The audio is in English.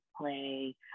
play